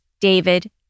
David